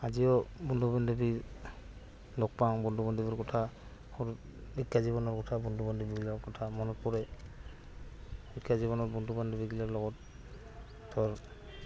আজিও বন্ধু বান্ধৱী লগ পাওঁ বন্ধু বান্ধৱীৰ কথা সৰু শিক্ষা জীৱনৰ কথা বন্ধু বান্ধৱীবিলাকৰ কথা মনত পৰে শিক্ষা জীৱনৰ বন্ধু বান্ধৱীবিলাকৰ লগত ধৰ